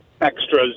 extras